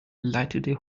leitete